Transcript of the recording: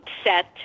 upset